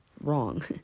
wrong